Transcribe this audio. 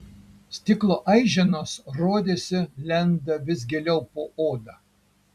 stiklo aiženos rodėsi lenda vis giliau po oda